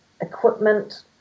equipment